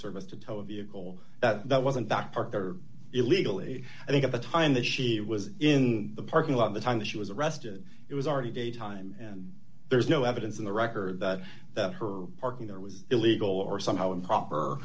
service to tow a vehicle that wasn't that park or illegally i think at the time that she was in the parking lot of the time that she was arrested it was already daytime and there's no evidence in the record that that her parking there was illegal or somehow improper